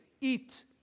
eat